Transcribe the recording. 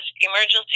emergency